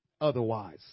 otherwise